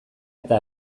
eta